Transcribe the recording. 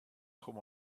chomh